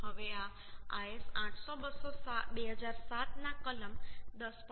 હવે આ IS 800 2007 ના કલમ 10